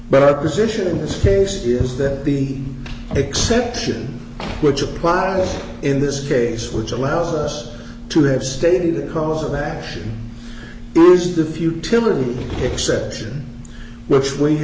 but our position in this case is that the exception which apply in this case which allows us to have stated the cause of action is the futility exception which we